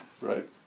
Right